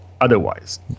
otherwise